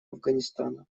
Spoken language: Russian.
афганистана